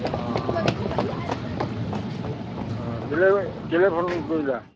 অঁ অঁ কেলেই কেলেই ফোন কৰিলা